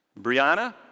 Brianna